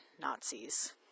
Nazis